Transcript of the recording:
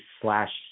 slash